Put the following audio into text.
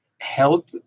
help